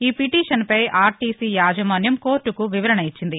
ఈ పిటిషన్పై ఆర్టీసీ యాజమాన్యం కోర్టుకు వివరణ ఇచ్చింది